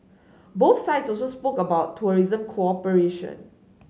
both sides also spoke about tourism cooperation